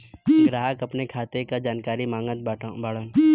ग्राहक अपने खाते का जानकारी मागत बाणन?